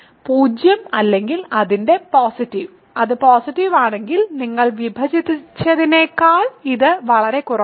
0 അല്ലെങ്കിൽ അതിന്റെ പോസിറ്റീവ് അത് പോസിറ്റീവ് ആണെങ്കിൽ നിങ്ങൾ വിഭജിച്ചതിനേക്കാൾ ഇത് വളരെ കുറവാണ്